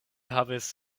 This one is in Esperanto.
havis